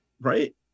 right